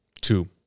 Two